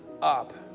up